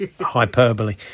hyperbole